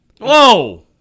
Whoa